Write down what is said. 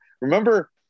Remember